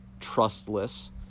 trustless